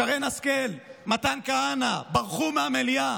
שרן השכל, מתן כהנא, ברחו מהמליאה,